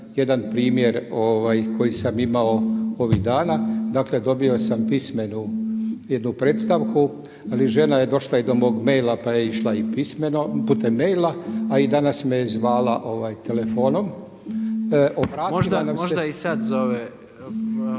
jedan primjer koji sam imao ovih dana, dakle dobio sam pismenu jednu predstavku ali žena je došla i do mog maila pa je išla i pismeno putem maila a i danas me je zvala telefonom. **Jandroković,